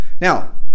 now